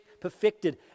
perfected